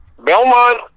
Belmont